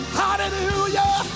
hallelujah